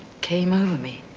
came over me.